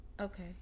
Okay